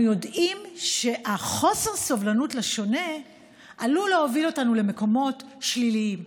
יודעים שחוסר הסובלנות לשונה עלול להוביל אותנו למקומות שליליים,